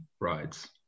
rides